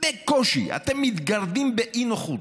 בקושי אתם מתגרדים באי-נוחות,